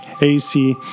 AC